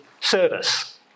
service